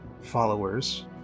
followers